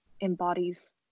embodies